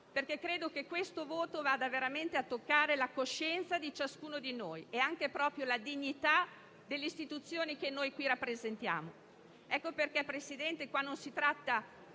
credo che tale voto vada veramente a toccare la coscienza di ciascuno di noi e anche la dignità dell'istituzione che noi qui rappresentiamo.